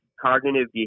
cognitive